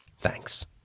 Thanks